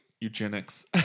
eugenics